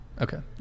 okay